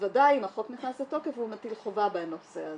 בוודאי אם החוק נכנס לתוקף הוא מטיל חובה בנושא הזה.